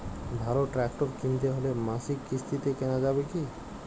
ভালো ট্রাক্টর কিনতে হলে মাসিক কিস্তিতে কেনা যাবে কি?